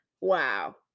Wow